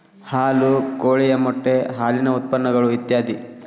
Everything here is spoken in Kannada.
ಹಾಲು ಕೋಳಿಯ ಮೊಟ್ಟೆ ಹಾಲಿನ ಉತ್ಪನ್ನಗಳು ಇತ್ಯಾದಿ